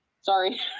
Sorry